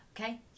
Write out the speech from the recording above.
Okay